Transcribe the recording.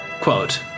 Quote